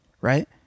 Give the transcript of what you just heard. right